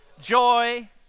joy